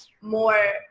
more